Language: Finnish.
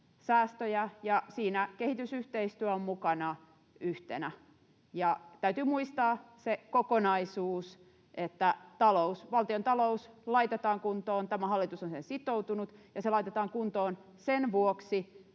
säästöjä, ja siinä kehitysyhteistyö on mukana yhtenä. Täytyy muistaa se kokonaisuus, että valtiontalous laitetaan kuntoon, tämä hallitus on siihen sitoutunut, ja se laitetaan kuntoon sen vuoksi,